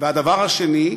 הדבר השני,